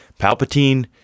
Palpatine